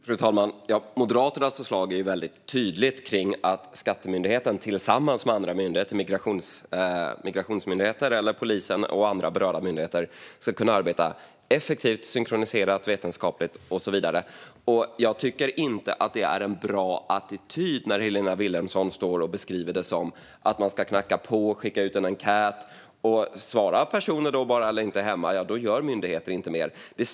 Fru talman! Moderaternas förslag är tydligt när det gäller att Skatteverket tillsammans med Migrationsverket, polisen och andra berörda myndigheter ska kunna arbeta effektivt, synkroniserat, vetenskapligt och så vidare. Jag tycker inte att det är en bra attityd som Helena Vilhelmsson har när hon står och beskriver det som att man skulle knacka på eller skicka ut en enkät och om personer då inte är hemma eller bara inte svarar skulle myndigheterna inte göra mer.